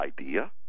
idea